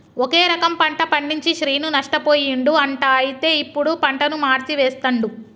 ఒకే రకం పంట పండించి శ్రీను నష్టపోయిండు అంట అయితే ఇప్పుడు పంటను మార్చి వేస్తండు